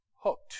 hooked